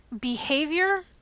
behavior